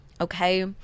okay